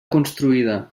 construïda